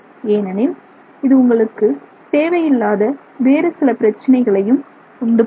ஏனெனில் இது உங்களுக்குத் தேவையில்லாத வேறு சில பிரச்சினைகளையும் உண்டு பண்ணும்